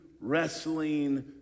wrestling